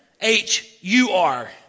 H-U-R